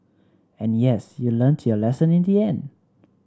and yes you learnt your lesson in the end